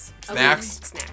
Snacks